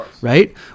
right